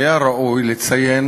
היה ראוי לציין